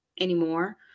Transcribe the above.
anymore